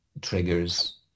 triggers